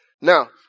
Now